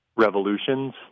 revolutions